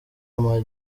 ama